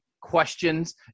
questions